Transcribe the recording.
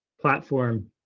platform